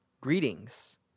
Greetings